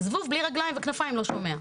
זבוב בלי רגליים וכנפיים לא שומע.